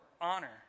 honor